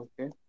Okay